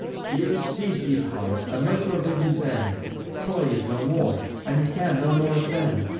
here cease, ye pow'rs, and let your vengeance end troy is no more, and can no more offend.